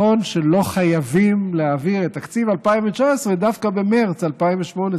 נכון שלא חייבים להעביר את תקציב 2019 דווקא במרס 2018,